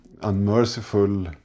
unmerciful